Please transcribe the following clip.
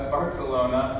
Barcelona